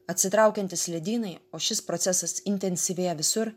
atsitraukiantys ledynai o šis procesas intensyvėja visur